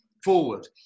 forward